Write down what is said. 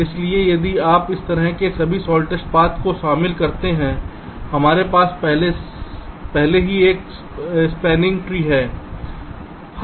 इसलिए यदि आप इस तरह के सभी शॉर्टेस्ट पाथ्स को शामिल करते हैं हमारे पास पहले ही एक स्पैनिंग हैं